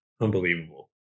unbelievable